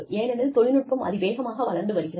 ஏனெனில் தொழில்நுட்பம் அதிவேகமாக வளர்ந்து வருகிறது